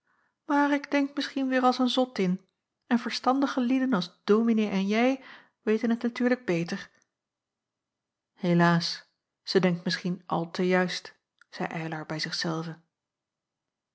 maar ik denk misschien weêr als een zottin en verstandige lieden als dominee en jij weten t natuurlijk beter helaas zij denkt misschien al te juist zeî eylar bij